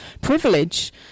privilege